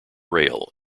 rail